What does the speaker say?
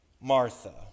Martha